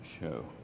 show